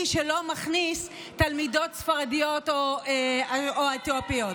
שלא מכניס תלמידות ספרדיות או אתיופיות.